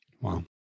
Wow